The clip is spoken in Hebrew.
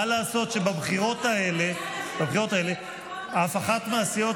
מה לעשות שבבחירות האלה אף אחת מהסיעות